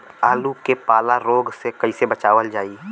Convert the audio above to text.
आलू के पाला रोग से कईसे बचावल जाई?